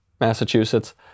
Massachusetts